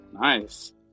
Nice